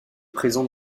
présente